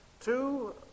two